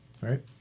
right